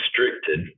restricted